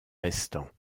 restant